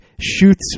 shoots